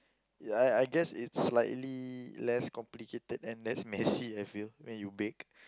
I I guess it's slightly less complicated and less messy I feel when you bake